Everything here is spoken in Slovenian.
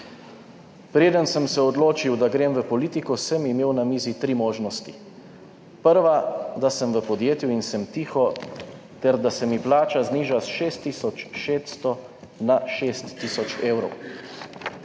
preden sem se odločil, da grem v politiko, sem imel na mizi tri možnosti. Prva, da sem v podjetju in sem tiho, ter da se mi plača zniža s 6 tisoč 600 na